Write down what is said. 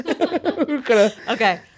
Okay